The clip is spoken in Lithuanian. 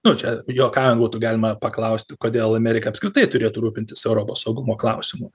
nu čia juokaujant būtų galima paklausti kodėl amerika apskritai turėtų rūpintis europos saugumo klausimu